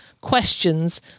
questions